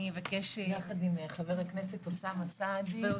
יחד עם חבר הכנסת אוסאמה סעדי,